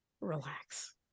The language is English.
relax